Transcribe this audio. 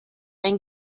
ein